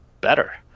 better